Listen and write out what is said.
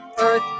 earth